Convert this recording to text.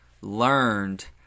learned